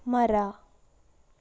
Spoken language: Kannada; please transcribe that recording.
ಮರ